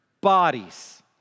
bodies